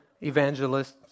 evangelists